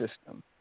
system